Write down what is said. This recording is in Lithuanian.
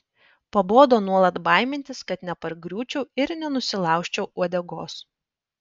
pabodo nuolat baimintis kad nepargriūčiau ir nenusilaužčiau uodegos